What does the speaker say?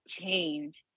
change